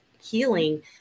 Healing